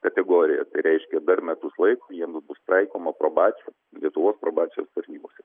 kategoriją tai reiškia dar metus laiko jiem bus taikoma probacija lietuvos probacijos tarnybose